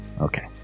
okay